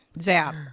Zap